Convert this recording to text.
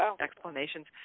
explanations